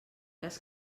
cas